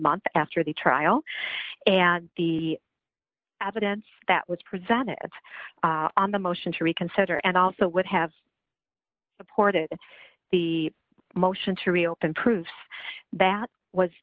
month after the trial and the evidence that was presented on the motion to reconsider and also would have supported the motion to reopen prove that was